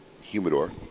humidor